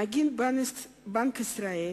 נגיד בנק ישראל